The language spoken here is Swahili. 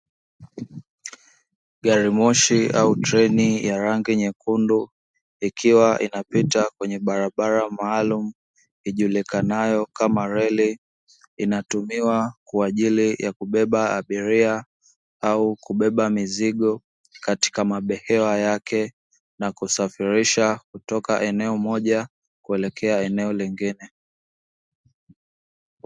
Garimoshi au treni ya rangi nyekundu ikiwa inapita kwenye barabara maalumu ijulikanayo kama reli, inatumiwa kwa ajili ya kubeba abiria au kubeba mizigo katika mabehewa yake na kusafirisha kutoka eneo moja kuelekea eneo lingine.